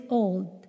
old